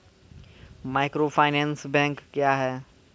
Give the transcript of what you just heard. Microfinance bank क्या हैं?